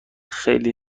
خیلی